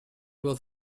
was